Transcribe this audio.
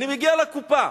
אני מגיע לקופה,